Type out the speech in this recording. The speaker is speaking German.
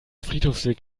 friedhofsweg